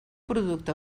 producte